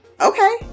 okay